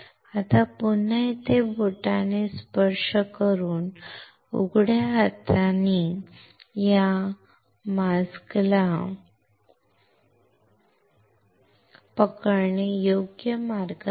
आता पुन्हा येथे बोटाने स्पर्श करून उघड्या हातांनी मास्क पकडणे हा योग्य मार्ग नाही